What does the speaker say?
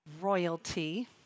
royalty